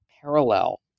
parallel